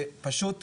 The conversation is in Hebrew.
זה פשוט,